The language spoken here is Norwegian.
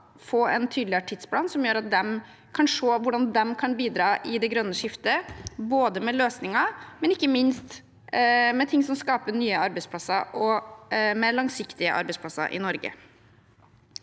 og å få en tydeligere tidsplan som gjør at de kan se hvordan de kan bidra i det grønne skifte både med løsninger og ikke minst med ting som skaper nye arbeidsplasser og mer langsiktige arbeidsplasser i Norge.